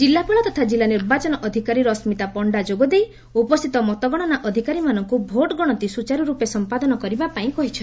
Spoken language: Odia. ଜିଲ୍ଲାପାଳ ତଥା ଜିଲ୍ଲା ନିର୍ବାଚନ ଅଧିକାରୀ ରଶ୍ମିତା ପଶ୍ତା ଯୋଗଦେଇ ଉପସ୍ଥିତ ମତଗଣନା ଅଧିକାରୀ ମାନଙ୍କୁ ଭୋଟ୍ଗଣତି ସୁଚାରୁର୍ପେ ସମ୍ପାଦନ କରିବା ପାଇଁ କହିଛନ୍ତି